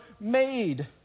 made